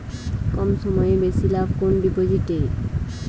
কম সময়ে বেশি লাভ কোন ডিপোজিটে?